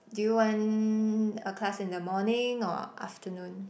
do you want a class in the morning or afternoon